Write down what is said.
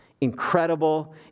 incredible